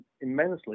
immensely